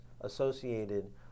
associated